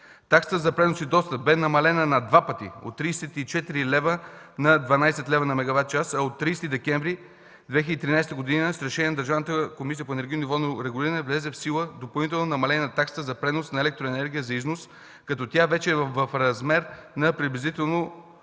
Таксата за пренос и достъп е намалена на два пъти – от 34 лв. на 12 лв. на мегаватчас, а от 30 декември 2013 г. с решение на Държавната комисия по енергийно и водно регулиране влезе в сила допълнително намаление на таксата за пренос на електроенергия за износ, като тя вече е в размер на приблизително